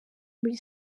muri